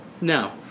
No